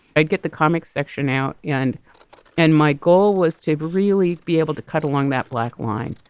i'd get the comics section out. yeah and and my goal was to really be able to cut along that black line,